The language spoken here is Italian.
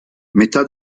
metà